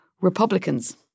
Republicans